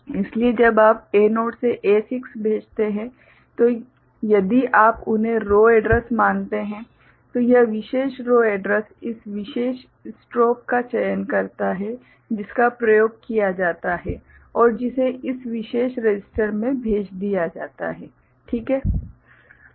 इसलिए जब आप A0 से A6 भेजते हैं तो यदि आप उन्हें रो एड्रैस मानते हैं तो यह विशेष रो एड्रैस इस विशेष स्ट्रोब का चयन करता है जिसका प्रयोग किया जाता है और जिसे इस विशेष रजिस्टर में भेज दिया जाता है ठीक है